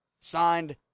Signed